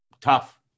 tough